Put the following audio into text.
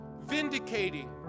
vindicating